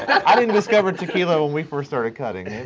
i didn't discover tequila when we first started cutting.